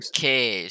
Okay